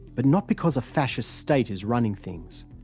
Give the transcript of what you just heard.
but not because a fascist state is running things.